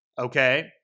okay